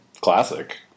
Classic